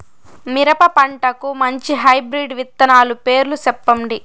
మిరప పంటకు మంచి హైబ్రిడ్ విత్తనాలు పేర్లు సెప్పండి?